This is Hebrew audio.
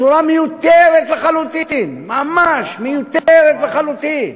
בצורה מיותרת לחלוטין, ממש מיותרת לחלוטין.